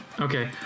Okay